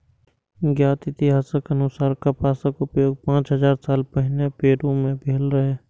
ज्ञात इतिहासक अनुसार कपासक उपयोग पांच हजार साल पहिने पेरु मे भेल रहै